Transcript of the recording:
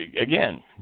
again